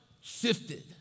shifted